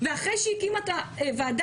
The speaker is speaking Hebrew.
ואחרי שהיא הקימה את הוועדה,